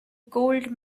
gold